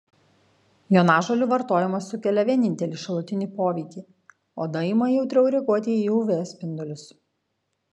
jonažolių vartojimas sukelia vienintelį šalutinį poveikį oda ima jautriau reaguoti į uv spindulius